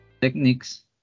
techniques